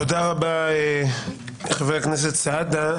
תודה רבה, חבר הכנסת סעדה.